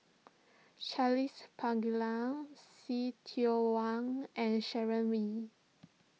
Charles Paglar See Tiong Wah and Sharon Wee